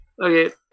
Okay